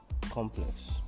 complex